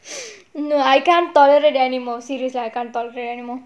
no I can't tolerate the animal serious ah I can't tolerate anymore